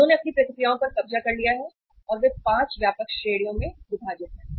उन्होंने अपनी प्रतिक्रियाओं पर कब्जा कर लिया है और वे 5 व्यापक श्रेणियों में विभाजित हैं